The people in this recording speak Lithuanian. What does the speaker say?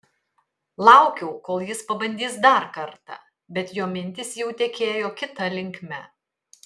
laukiau kol jis pabandys dar kartą bet jo mintys jau tekėjo kita linkme